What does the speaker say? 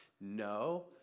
No